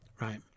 right